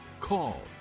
call